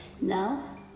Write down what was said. now